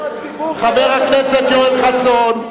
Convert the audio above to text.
חבר הכנסת יואל חסון.